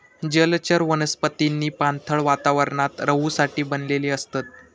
जलचर वनस्पतींनी पाणथळ वातावरणात रहूसाठी बनलेली असतत